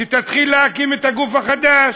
שתתחיל להקים את הגוף החדש.